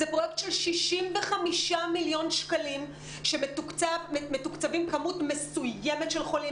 זה פרויקט של 65 מיליון שקלים שמתוקצבים כמות מסוימת של חולים,